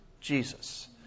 Jesus